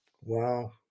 Wow